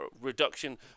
reduction